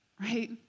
right